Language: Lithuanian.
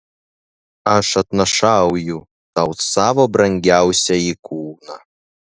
aš atnašauju tau savo brangiausiąjį kūną